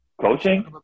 coaching